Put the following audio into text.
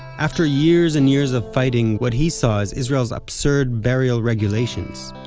after years and years of fighting what he saw as israel's absurd burial regulations,